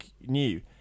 new